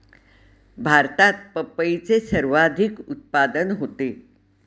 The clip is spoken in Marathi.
भारतात पपईचे सर्वाधिक उत्पादन होते